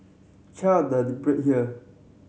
check out the here